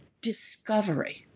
discovery